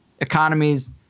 economies